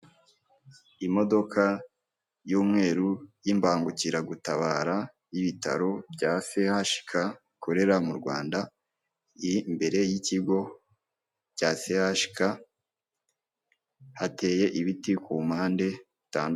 Imodoka y'umweru, y'imbangukiragutabara y'ibitaro bya Sehashika bikorera mu Rwanda, imbere y'ikigo cya Sehashika hateye ibiti ku mpande bitandukanye.